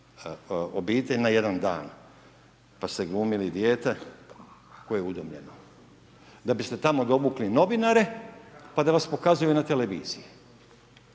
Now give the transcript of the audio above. obitelj na jedan dan, pa ste glumili dijete koje je udomljeno, da biste tamo dovukli novinare, pa da vas pokazuju na televiziji,